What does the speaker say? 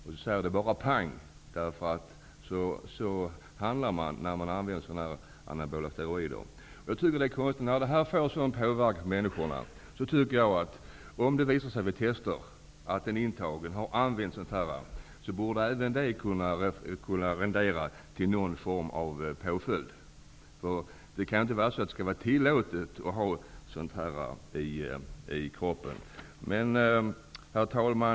Då säger det bara pang, därför att så handlar man när man använder anabola steroider. När de nu ger en sådan påverkan på människor, tycker jag att om det vid narkotikatest av en intagen visar sig att anabola steroider använts borde även det kunna rendera någon form av påföljd. Det kan inte vara tillåtet att ha anabola steroider i kroppen. Herr talman!